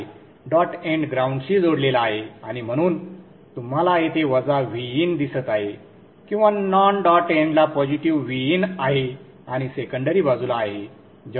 dot end ग्राऊंडशी जोडलेला आहे आणि म्हणून तुम्हाला येथे वजा Vin दिसत आहे किंवा नॉन डॉट एंडला पॉझिटिव्ह Vin आहे आणि सेकंडरी बाजूला आहे